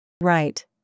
Right